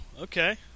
Okay